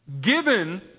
given